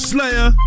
Slayer